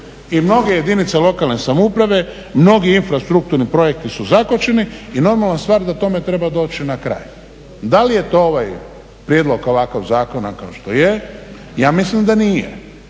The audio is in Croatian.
I mnoge jedinice lokalne samouprave, mnogi infrastrukturni projekti su zakočeni i normalna stvar da tome treba doći na kraj. Da li je to ovaj prijedlog ovakav zakona kao što je, ja mislim da nije.